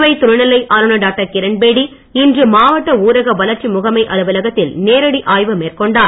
புதுவை துணை நிலை ஆளுநர் டாக்டர் கிரண்பேடி இன்று மாவட்ட ஊரக வளர்ச்சி முகமை அலுவலகத்தில் நேரடி ஆய்வு மேற்கொண்டார்